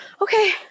okay